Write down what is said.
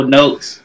notes